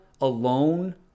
alone